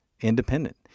independent